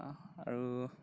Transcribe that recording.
আৰু